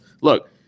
look